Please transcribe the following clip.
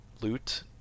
Loot